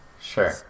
Sure